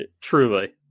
Truly